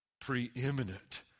preeminent